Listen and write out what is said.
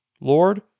Lord